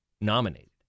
nominated